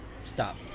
Stop